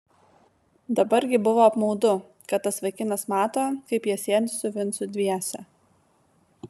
dabar gi buvo apmaudu kad tas vaikinas mato kaip jie sėdi su vincu dviese